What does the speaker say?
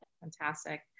Fantastic